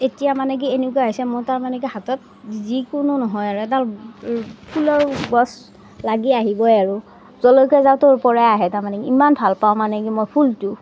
এতিয়া মানে কি এনেকুৱা হৈছে মোৰ তাৰ মানে কি হাতত যিকোনো নহয় আৰু এডাল ফুলৰ গছ লাগি আহিবই আৰু য'লৈকে যাওঁ তাৰ পৰাই আহে মানে ইমান ভাল পাওঁ মানে কি মই ফুলটো